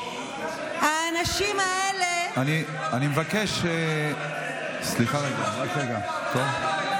האנשים האלה, סליחה רגע, טוב?